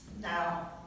Now